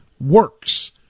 works